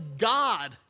God